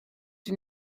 une